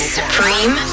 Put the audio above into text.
Supreme